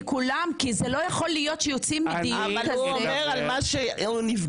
כי לא יכול להיות --- אבל הוא מדבר על מה שהוא נפגש.